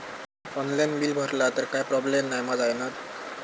Online bill भरला तर काय प्रोब्लेम नाय मा जाईनत?